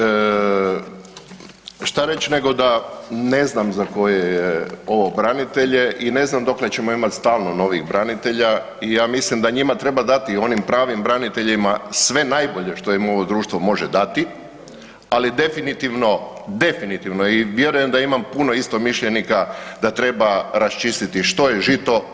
Šta reći, šta reći nego da ne znam za koje je ovo branitelje i ne znam dokle ćemo imati stalno novih branitelja i ja mislim da njima treba dati, onim pravim braniteljima sve najbolje što im ovo društvo može dati, ali definitivno, definitivno i vjerujem da imam puno istomišljenika, da treba raščistiti što je žito, a što kukolj.